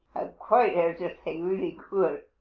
quite as if they really could.